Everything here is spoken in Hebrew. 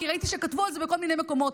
כי ראיתי שכתבו את זה בכל מיני מקומות.